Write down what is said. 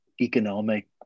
economic